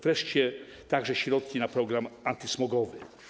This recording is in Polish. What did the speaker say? Wreszcie także środki na program antysmogowy.